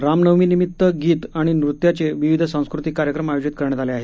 रामनवमीनिमित्त गीत अणि नृत्याचेही विविध सांस्कृतिक कार्यक्रम आयिजित करण्यात आले आहेत